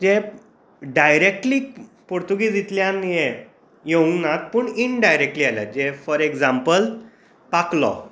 जे directly पुर्तुगेजीतल्यान येवंक ना पूण इनडायरेक्टली आयल्यात फाॅर एक्जम्पल पाकलो